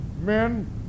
men